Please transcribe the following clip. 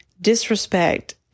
disrespect